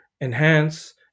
enhance